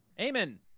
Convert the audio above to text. Amen